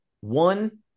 one